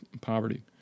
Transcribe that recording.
poverty